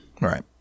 Right